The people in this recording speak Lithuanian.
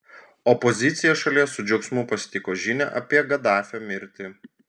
opozicija šalyje su džiaugsmu pasitiko žinią apie gaddafio mirtį